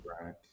right